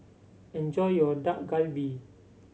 enjoy your Dak Galbi